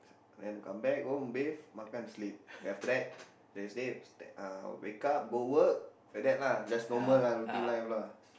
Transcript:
and come back home bathe makan sleep then after the next day uh wake up go work like that lah just normal lah routine life lah